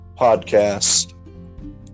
podcast